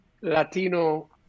Latino